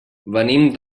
venim